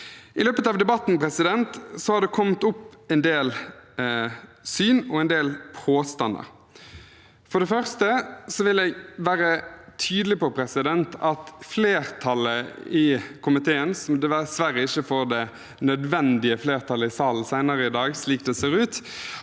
I løpet av debatten har det kommet opp en del syn og en del påstander. For det første vil jeg være tydelig på at flertallet i komiteen, som dessverre ikke får det nødvendige flertallet i salen senere i dag, slik det ser ut,